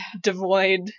devoid